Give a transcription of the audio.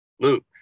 Luke